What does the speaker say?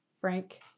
Frank